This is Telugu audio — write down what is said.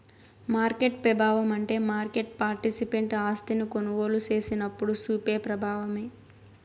మార్కెట్ పెబావమంటే మార్కెట్ పార్టిసిపెంట్ ఆస్తిని కొనుగోలు సేసినప్పుడు సూపే ప్రబావమే